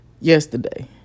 yesterday